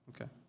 okay